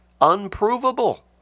unprovable